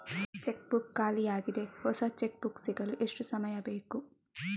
Check book ಖಾಲಿ ಯಾಗಿದೆ, ಹೊಸ ಚೆಕ್ ಬುಕ್ ಸಿಗಲು ಎಷ್ಟು ಸಮಯ ಬೇಕು?